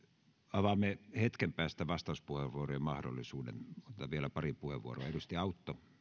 avaamme hetken päästä vastauspuheenvuorojen mahdollisuuden otan vielä pari puheenvuoroa